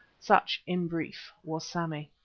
such in brief was sammy.